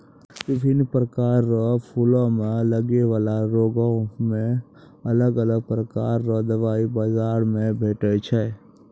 बिभिन्न प्रकार रो फूलो मे लगै बाला रोगो मे अलग अलग प्रकार रो दबाइ बाजार मे भेटै छै